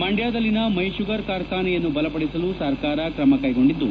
ಮಂಡ್ಯದಲ್ಲಿನ ಮೈಶುಗರ್ ಕಾರ್ಖಾನೆಯನ್ನು ಬಲಪಡಿಸಲು ಸರ್ಕಾರ ಕ್ರಮ ಕೈಗೊಂಡಿದ್ದು